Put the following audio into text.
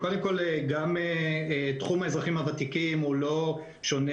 קודם כל, תחום האזרחים הוותיקים הוא לא שונה